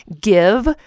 give